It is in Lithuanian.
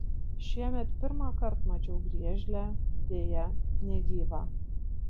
šiemet pirmąkart mačiau griežlę deja negyvą